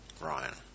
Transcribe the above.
Ryan